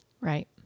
Right